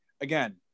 again